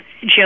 Joe